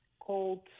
called